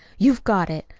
you've got it.